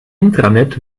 intranet